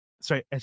Sorry